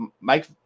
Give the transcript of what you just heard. Mike